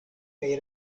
kaj